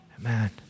Amen